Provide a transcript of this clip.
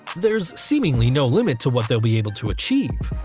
there's seemingly no limit to what they will be able to achieve.